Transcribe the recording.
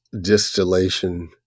distillation